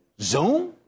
Zoom